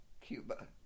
Cuba